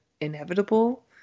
inevitable